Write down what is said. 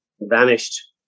vanished